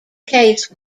case